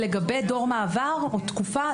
לגבי דור מעבר או תקופה,